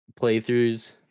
Playthroughs